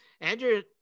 Andrew